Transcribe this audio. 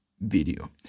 video